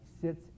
sits